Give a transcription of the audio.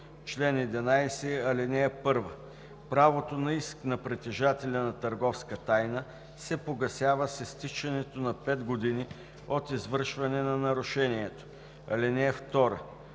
Чл. 11. (1) Правото на иск на притежателя на търговска тайна се погасява с изтичането на 5 години от извършване на нарушението. (2)